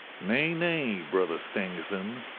nay, nay, brother stangerson,